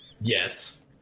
Yes